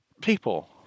people